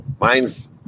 Mine's